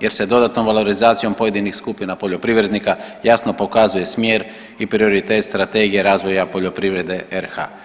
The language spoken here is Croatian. jer se dodatnom valorizacijom dodatnih skupina poljoprivrednika jasno pokazuje smjer i prioritet Strategije razvoja poljoprivrede RH.